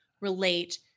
relate